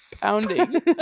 Pounding